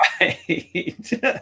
Right